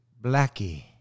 Blackie